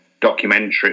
documentary